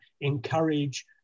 encourage